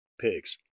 pigs